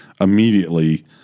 immediately